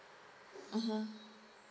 mm